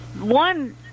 One